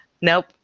Nope